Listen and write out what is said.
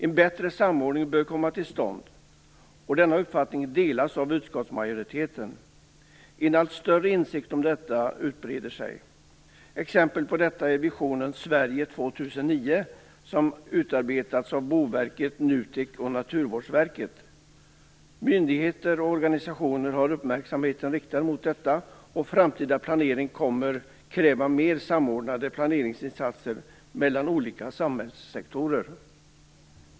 En bättre samordning bör komma till stånd. Denna uppfattning delas av utskottsmajoriteten. En allt större insikt om detta utbreder sig. Exempel på detta är visionen Sverige 2009, som utarbetats av Boverket, NUTEK och Naturvårdsverket. Myndigheter och organisationer har uppmärksamheten riktad mot detta, och framtida planering kommer att kräva mer samordnade planeringsinsatser mellan olika samhällssektorer.